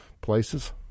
places